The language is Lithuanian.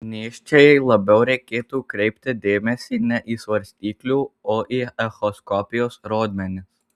nėščiajai labiau reikėtų kreipti dėmesį ne į svarstyklių o į echoskopijos rodmenis